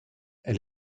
elle